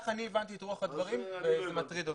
ככה אני הבנתי את רוח הדברים וזה מטריד אותי.